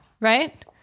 right